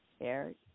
Eric